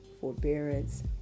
forbearance